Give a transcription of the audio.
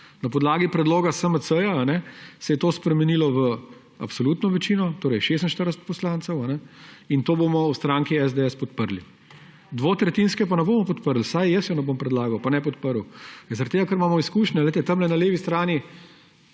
Na podlagi predloga SMC se je to spremenilo v absolutno večino, torej 46 poslancev, in to bomo v stranki SDS podprli. Dvotretjinske pa ne bomo podprli, vsaj jaz je ne bom predlagal pa ne podprl zaradi tega, ker imamo izkušnje. Tam na levi strani